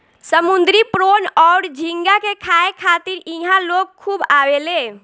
समुंद्री प्रोन अउर झींगा के खाए खातिर इहा लोग खूब आवेले